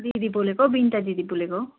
दिदी बोलेको हौ बिनिता दिदी बोलेको